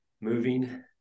moving